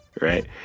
right